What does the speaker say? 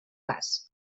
cas